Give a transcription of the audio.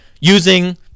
using